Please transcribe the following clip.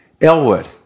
Elwood